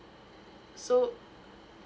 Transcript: so